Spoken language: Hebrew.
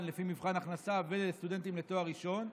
לפי מבחן הכנסה ולסטודנטים לתואר ראשון.